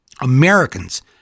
americans